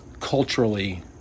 culturally